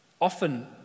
Often